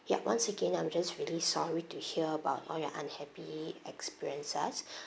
ya once again I'm just really sorry to hear about all your unhappy experiences